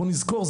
בוא נזכור,